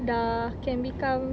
dah can become